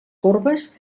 corbes